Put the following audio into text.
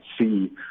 see